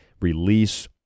release